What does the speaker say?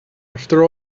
after